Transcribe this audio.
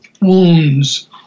wounds